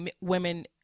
women